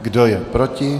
Kdo je proti?